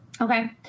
Okay